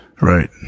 Right